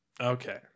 Okay